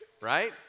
right